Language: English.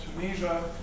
Tunisia